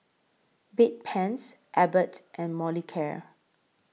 Bedpans Abbott and Molicare